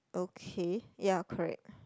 okay ya correct